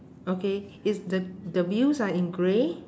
okay is the the wheels are in grey